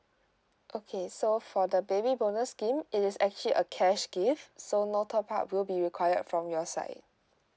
okay so for the baby bonus scheme it is actually a cash gift so no top up will be required from your side